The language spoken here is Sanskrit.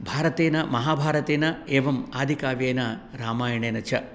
भारतेन महाभारतेन एवम् आदिकाव्येन रामायणेन च